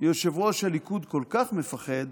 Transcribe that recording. יושב-ראש הליכוד כל כך מפחד